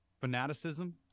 fanaticism